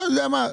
אתה יודע מה,